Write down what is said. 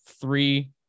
three